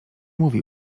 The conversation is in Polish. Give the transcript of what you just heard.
mówi